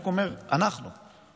אני רק אומר: אנחנו,